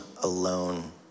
alone